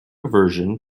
aversion